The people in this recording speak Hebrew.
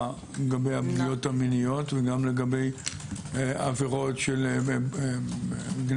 לפגיעות המיניות וגם לגבי עבירות של גניבה,